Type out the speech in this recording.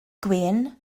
gwên